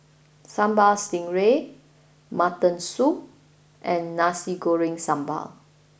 Sambal Stingray Mutton Soup and Nasi Goreng Sambal